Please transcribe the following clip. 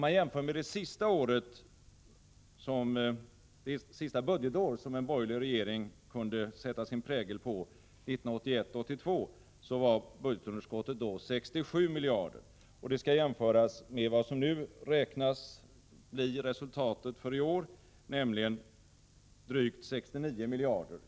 Under det sista budgetår då en borgerlig regering kunde sätta sin prägel på budgeten, 1981/82, var budgetunderskottet 67 miljarder. Detta skall jämföras med vad som beräknas bli resultatet för i år, nämligen drygt 69 miljarder.